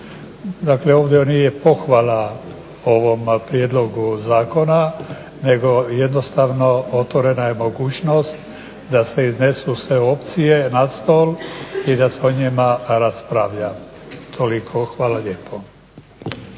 Dakle, ovdje nije pohvala ovom prijedlogu zakona nego jednostavno otvorena je mogućnost da se iznesu sve opcije na stol i da se o njima raspravlja. Toliko. Hvala lijepo.